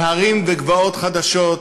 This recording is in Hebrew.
על הרים וגבעות חדשים,